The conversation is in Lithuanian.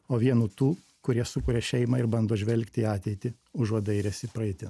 o vienu tų kurie sukuria šeimą ir bando žvelgti į ateitį užuot dairęsi praeitin